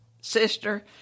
sister